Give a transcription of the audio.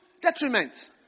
detriment